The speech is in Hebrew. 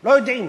לא יודעים.